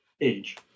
age